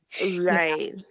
right